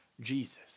Jesus